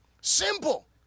Simple